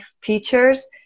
teachers